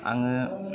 आङो